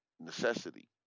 Necessity